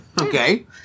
okay